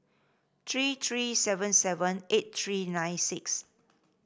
three three seven seven eight three nine six